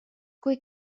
kui